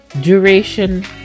duration